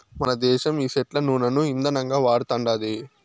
మనదేశం ఈ సెట్ల నూనను ఇందనంగా వాడతండాది